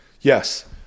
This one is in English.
Yes